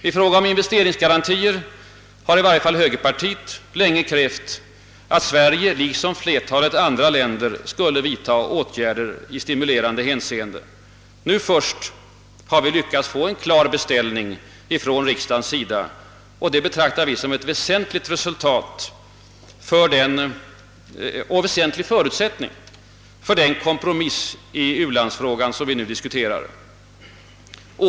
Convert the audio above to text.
I fråga om investeringsgarantier har i varje fall högerpartiet länge krävt, att Sverige liksom flertalet andra länder skulle vidta åtgärder i investeringsstimulerande syfte. Nu först har vi lyckats få en klar beställning från riksdagens sida. Det betraktar vi som ett väsentligt resultat och en väsentlig förutsättning för den kompromiss i u-landsfrågan som vi nu diskuterar.